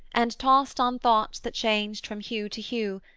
and, tost on thoughts that changed from hue to hue,